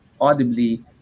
audibly